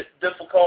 difficult